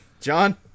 John